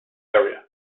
area